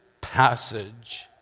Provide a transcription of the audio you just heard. passage